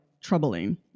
troubling